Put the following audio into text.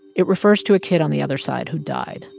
it refers to a kid on the other side who died.